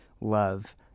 love